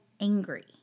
angry